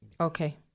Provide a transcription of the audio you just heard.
Okay